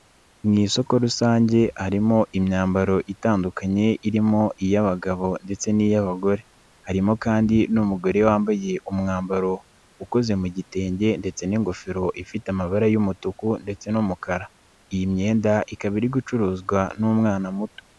Mu isoko rusange harimo imyambaro itandukanye irimo iy'abagabo ndetse n'iy'abagore, harimo kandi n'umugore wambaye umwambaro ukoze mu gitenge ndetse n'ingofero ifite amabara y'umutuku ndetse n'umukara, iyi myenda ikaba iri gucuruzwa n'umwana muto.